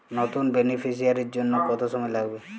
নতুন বেনিফিসিয়ারি জন্য কত সময় লাগবে?